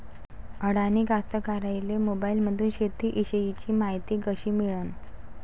अडानी कास्तकाराइले मोबाईलमंदून शेती इषयीची मायती कशी मिळन?